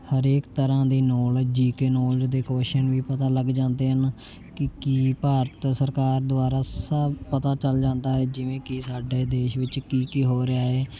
ਹਰੇਕ ਤਰ੍ਹਾਂ ਦੀ ਨੌਲੇਜ ਜੀ ਕੇ ਨੌਲੇਜ ਦੇ ਕੌਸ਼ਨ ਵੀ ਪਤਾ ਲੱਗ ਜਾਂਦੇ ਹਨ ਕਿ ਕੀ ਭਾਰਤ ਸਰਕਾਰ ਦੁਆਰਾ ਸਭ ਪਤਾ ਚੱਲ ਜਾਂਦਾ ਹੈ ਜਿਵੇਂ ਕਿ ਸਾਡੇ ਦੇਸ਼ ਵਿੱਚ ਕੀ ਕੀ ਹੋ ਰਿਹਾ ਹੈ